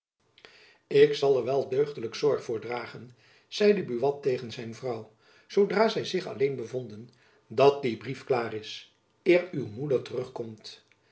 ik zal er wel deugdelijk zorg voor dragen zeide buat tegen zijn vrouw zoodra zy zich alleen bevonden dat die brief klaar is eer uw moeder